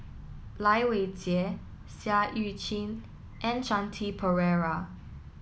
Lai Weijie Seah Eu Chin and Shanti Pereira